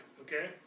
okay